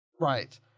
Right